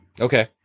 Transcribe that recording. Okay